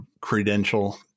credential